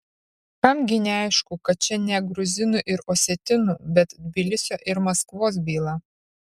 kam gi neaišku kad čia ne gruzinų ir osetinų bet tbilisio ir maskvos byla